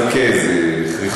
בחורה שקטה ונחבאת אל הכלים,